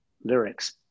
lyrics